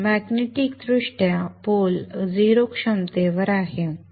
magnetic दृष्ट्या pole 0 क्षमतेवर आहे